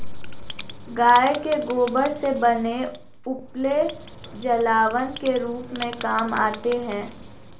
गाय के गोबर से बने उपले जलावन के रूप में काम आते हैं